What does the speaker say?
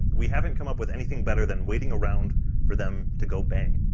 we haven't come up with anything better than waiting around for them to go bang.